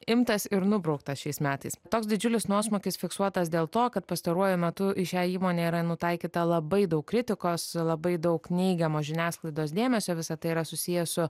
imtas ir nubrauktas šiais metais toks didžiulis nuosmukis fiksuotas dėl to kad pastaruoju metu į šią įmonę yra nutaikyta labai daug kritikos labai daug neigiamo žiniasklaidos dėmesio visa tai yra susiję su